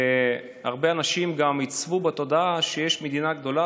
והרבה אנשים גם עיצבו בתודעה שיש מדינה גדולה